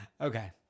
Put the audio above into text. Okay